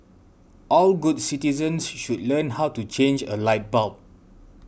all good citizens should learn how to change a light bulb